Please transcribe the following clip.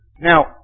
Now